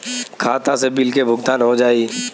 खाता से बिल के भुगतान हो जाई?